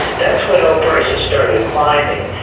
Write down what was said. that's when oil prices started climbing,